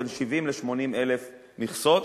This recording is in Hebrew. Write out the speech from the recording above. בין 70,000 ל-80,000 מכסות,